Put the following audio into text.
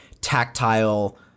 tactile